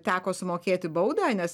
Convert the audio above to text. teko sumokėti baudą nes